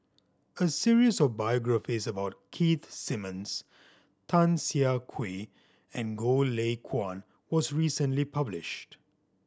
a series of biographies about Keith Simmons Tan Siah Kwee and Goh Lay Kuan was recently published